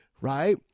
Right